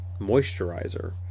Moisturizer